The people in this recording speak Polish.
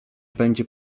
będzie